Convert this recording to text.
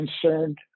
concerned